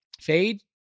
Fade